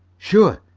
sure.